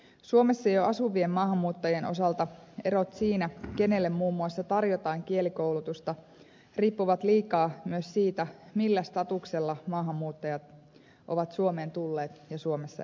suomessa jo asuvien maahanmuuttajien osalta erot siinä kenelle muun muassa tarjotaan kielikoulutusta riippuvat liikaa myös siitä millä statuksella maahanmuuttajat ovat suomeen tulleet ja suomessa elävät